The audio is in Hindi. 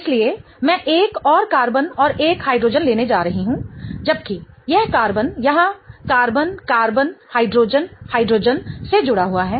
इसलिए मैं एक और कार्बन और एक हाइड्रोजन लेने जा रहा हूं जबकि यह कार्बन यहाँ कार्बन कार्बन हाइड्रोजन हाइड्रोजन से जुड़ा हुआ है